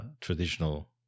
traditional